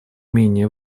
менее